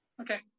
Okay